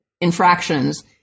infractions